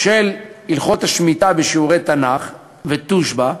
של הלכות השמיטה בשיעורי תנ"ך ותושב"ע,